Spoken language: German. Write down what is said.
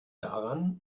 daran